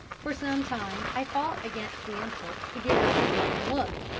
for some time i fought against the impulse to get out of bed and look,